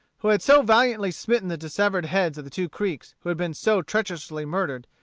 who had so valiantly smitten the dissevered heads of the two creeks who had been so treacherously murdered,